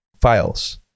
files